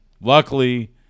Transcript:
luckily